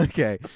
Okay